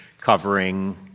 covering